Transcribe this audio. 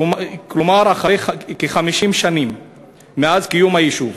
כלומר כ-50 שנים מאז הוקם היישוב.